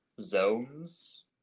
zones